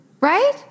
right